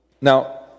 Now